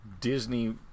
Disney